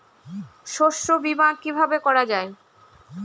শস্য বীমা কিভাবে করা যায়?